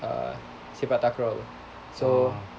uh sepak takraw [pe] so